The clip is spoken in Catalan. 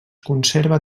conserva